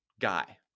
guy